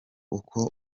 uko